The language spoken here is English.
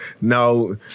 No